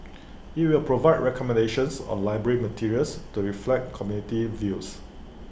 IT will provide recommendations on library materials to reflect community views